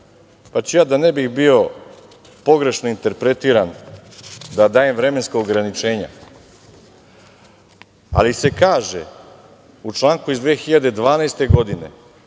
Ja ću, da ne bih bio pogrešno interpretiran da dajem vremenska ograničenja, ali se kaže u članku iz 2012. godine